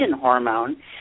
hormone